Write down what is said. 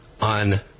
on